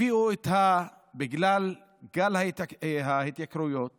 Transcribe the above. הביאו בגלל גל ההתייקרויות